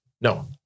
No